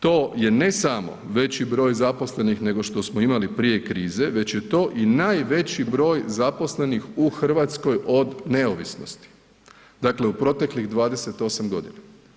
To je ne samo veći broj zaposlenih nego što smo imali prije krize već je to i najveći broj zaposlenih u Hrvatskoj od neovisnosti dakle u proteklih 28 godina.